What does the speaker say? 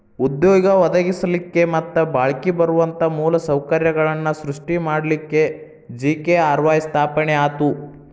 ಉದ್ಯೋಗ ಒದಗಸ್ಲಿಕ್ಕೆ ಮತ್ತ ಬಾಳ್ಕಿ ಬರುವಂತ ಮೂಲ ಸೌಕರ್ಯಗಳನ್ನ ಸೃಷ್ಟಿ ಮಾಡಲಿಕ್ಕೆ ಜಿ.ಕೆ.ಆರ್.ವಾಯ್ ಸ್ಥಾಪನೆ ಆತು